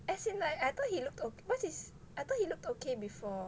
as in like I thought he looked what's his I thought he looked okay before